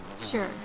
Sure